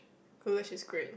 goulash is great